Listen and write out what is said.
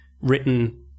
written